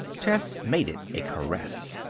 tessie made it a caress.